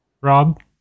Rob